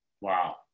Wow